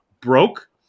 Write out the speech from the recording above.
broke